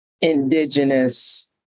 indigenous